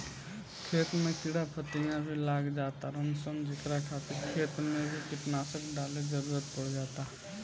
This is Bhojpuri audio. खेत में कीड़ा फतिंगा भी लाग जातार सन जेकरा खातिर खेत मे भी कीटनाशक डाले के जरुरत पड़ जाता